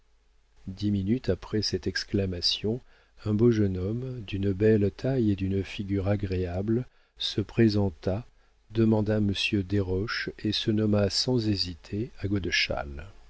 dix minutes après cette exclamation un beau jeune homme d'une belle taille et d'une figure agréable se présenta demanda monsieur desroches et se nomma sans hésiter à godeschal je